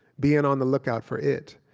being on the lookout for it,